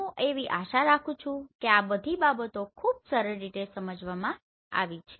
હું આશા રાખું છું કે આ બધી બાબતો ખૂબ સરળ રીતે સમજાવવામાં આવી છે